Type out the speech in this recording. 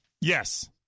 Yes